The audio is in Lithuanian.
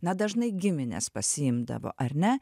na dažnai giminės pasiimdavo ar ne